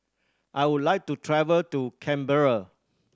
I would like to travel to Canberra